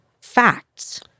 facts